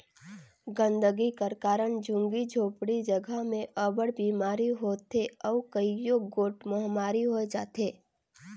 गंदगी कर कारन झुग्गी झोपड़ी जगहा में अब्बड़ बिमारी होथे अउ कइयो गोट महमारी होए जाथे